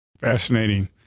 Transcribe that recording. Fascinating